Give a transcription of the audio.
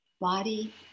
Body